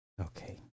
Okay